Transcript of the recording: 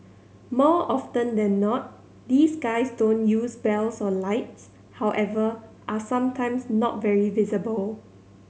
more often than not these guys don't use bells or lights however are sometimes not very visible